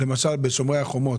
למשל ב"שומר החומות"